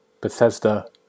Bethesda